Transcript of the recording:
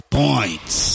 points